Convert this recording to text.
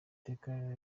iteka